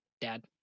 dad